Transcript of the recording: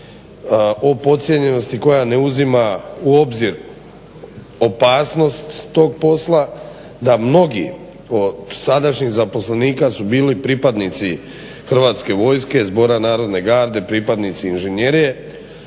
o pocijenjenosti koja ne uzima u obzir opasnost tog posla, da mnogi od sadašnjih zaposlenika su bili pripadnici Hrvatske vojske, Zbora narodne garde, pripadnici Inženjerije